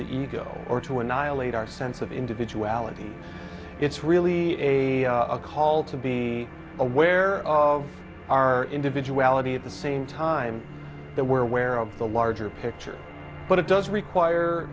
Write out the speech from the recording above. the ego or to annihilate our sense of individuality it's really a call to be aware of our individuality at the same time that we're aware of the larger picture but it does require